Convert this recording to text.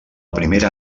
primera